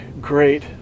great